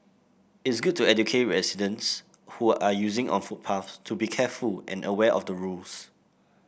it's good to educate residents who are using on footpaths to be careful and aware of the rules